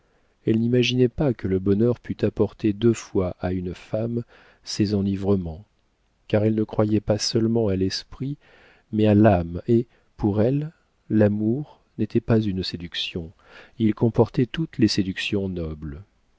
elle n'imaginait pas que le bonheur pût apporter deux fois à une femme ses enivrements car elle ne croyait pas seulement à l'esprit mais à l'âme et pour elle l'amour n'était pas une séduction il comportait toutes les séductions nobles